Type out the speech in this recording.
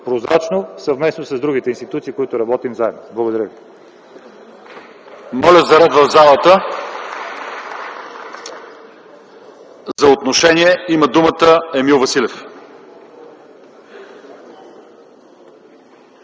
прозрачно, съвместно с другите институции с които работим заедно. Благодаря Ви.